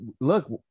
look